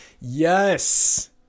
Yes